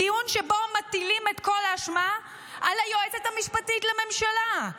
דיון שבו מטילים את כל האשמה על היועצת המשפטית לממשלה.